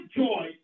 joy